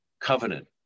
covenant